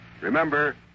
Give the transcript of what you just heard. Remember